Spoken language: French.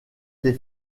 les